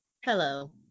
Hello